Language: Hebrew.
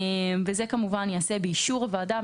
זה ייעשה באישור הוועדה,